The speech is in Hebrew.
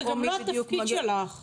זה גם לא התפקיד שלך.